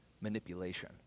manipulation